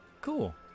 Cool